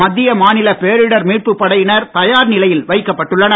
மத்திய மாநில பேரிடர் மீட்பு படையினர் தயார் நிலையில் வைக்கப்பட்டுள்ளனர்